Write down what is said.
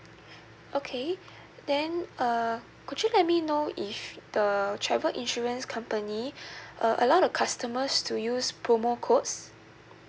okay then uh could you let me know if the travel insurance company uh allow the customers to use promo codes